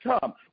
come